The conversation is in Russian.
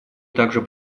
также